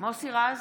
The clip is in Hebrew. מוסי רז,